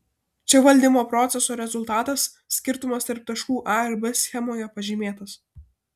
čia valdymo proceso rezultatas skirtumas tarp taškų a ir b schemoje pažymėtas